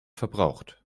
verbraucht